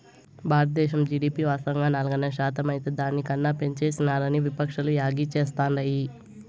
బారద్దేశం జీడీపి వాస్తవంగా నాలుగున్నర శాతమైతే దాని కన్నా పెంచేసినారని విపక్షాలు యాగీ చేస్తాండాయి